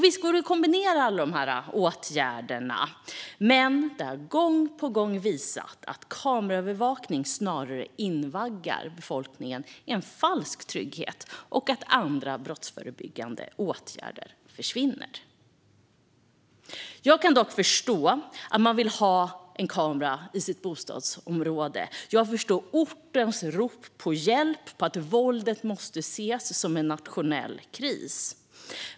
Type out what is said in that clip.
Visst går det att kombinera alla dessa åtgärder, men det har gång på gång visat sig att kameraövervakning snarare invaggar befolkningen i falsk trygghet och att andra brottsförebyggande åtgärder försvinner. Jag kan dock förstå att man vill ha en kamera i sitt bostadsområde. Jag förstår ortens rop på hjälp och på att våldet måste ses som en nationell kris.